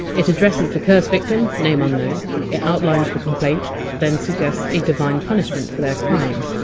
it addresses the curse victim, name unknown it outlines the complaint then suggests a divine punishment for their crime.